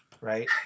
right